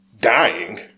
dying